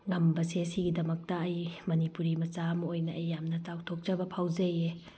ꯉꯝꯕꯁꯦ ꯁꯤꯒꯤꯗꯃꯛꯇ ꯑꯩ ꯃꯅꯤꯄꯨꯔꯤ ꯃꯆꯥ ꯑꯃ ꯑꯣꯏꯅ ꯑꯩ ꯌꯥꯝꯅ ꯆꯥꯎꯊꯣꯛꯆꯕ ꯐꯥꯎꯖꯩꯌꯦ